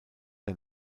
der